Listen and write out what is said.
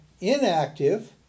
inactive